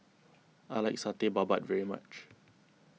I like Satay Babat very much